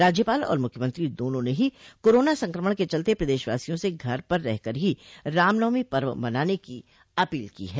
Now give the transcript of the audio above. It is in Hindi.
राज्यपाल और मुख्यमंत्री दोनों ने ही कोरोना संक्रमण के चलते प्रदेशवासियों से घर पर रह कर ही रामनवमी पर्व मनाने की अपील की है